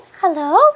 hello